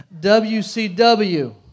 WCW